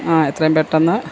ആ എത്രയും പെട്ടെന്ന്